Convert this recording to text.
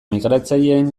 migratzaileen